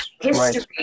history